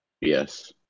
Yes